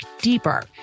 deeper